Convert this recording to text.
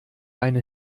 einen